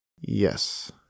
yes